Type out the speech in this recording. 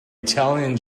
italian